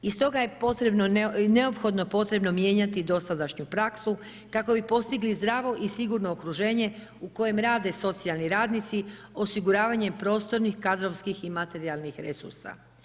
Iz toga je neophodno potrebno mijenjati dosadašnju praksu kako bi postigli zdravo i sigurno okruženje u kojem rade socijalni radnici, osiguravanjem prostornih kadrovskih i materijalnih resursa.